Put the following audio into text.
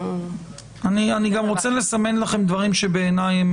אני רוצה לסמן לכם דברים שבעיניי הם